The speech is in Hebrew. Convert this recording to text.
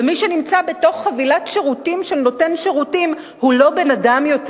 ומי שנמצא בתוך חבילת שירותים של נותן שירותים הוא לא בן-אדם יותר,